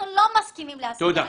אנחנו לא מסכימים להסיע ילדים.